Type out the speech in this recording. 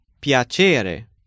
piacere